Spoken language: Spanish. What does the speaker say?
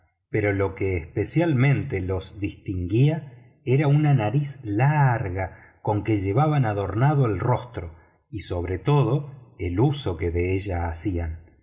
pero lo que especialmente los distinguía era una nariz larga con que llevaban adornado el rostro y sobre todo el uso que de ella hacían